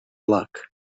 luck